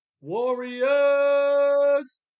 Warriors